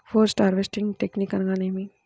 Post harvesting technique అనగా నేమి?